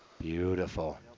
Beautiful